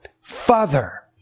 Father